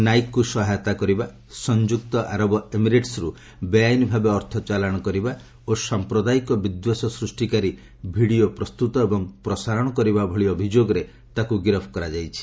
ନାଇକ୍କୁ ସହାୟତା କରିବା ଏବଂ ସଂଯୁକ୍ତ ଆରବ ଏମିରେଟ୍ସ୍ରୁ ବେଆଇନ ଭାବେ ଅର୍ଥ ଚାଲାଣ କରିବା ଓ ସାମ୍ପ୍ରଦାୟିକ ବିଦ୍ଦେଷ ସୃଷ୍ଟିକାରୀ ଭିଡ଼ିଓ ପ୍ରସ୍ତୁତ ଓ ପ୍ରସାରଣ କରିବା ଭଳି ଅଭିଯୋଗରେ ତାକୁ ଗିରଫ କରାଯାଇଛି